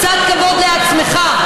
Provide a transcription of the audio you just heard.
קצת כבוד לעצמך.